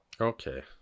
okay